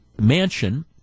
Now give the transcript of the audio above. mansion